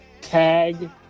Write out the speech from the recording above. tag